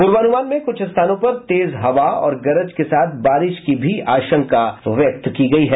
पूर्वानुमान में कुछ स्थानों पर तेज हवा और गरज के साथ बारिश की भी आशंका व्यक्त की गयी है